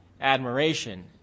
admiration